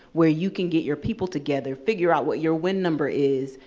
where you can get your people together, figure out what your win number is,